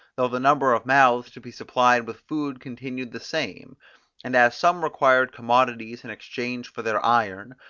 though the number of mouths to be supplied with food continued the same and as some required commodities in exchange for their iron,